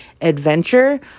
adventure